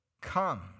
come